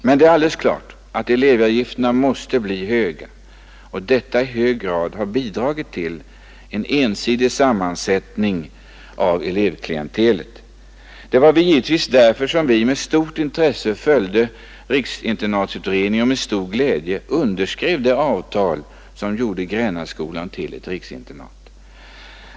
Men det är alldeles klart att elevavgifterna måste bli höga, och detta har i stor utsträckning bidragit till en ensidig sammansättning av elevklientelet. Därför var det givetvis med stort intresse som vi följde riksinternatutredningen och med stor glädje underskrev det avtal som gjorde Grännaskolan till ett riksinternat.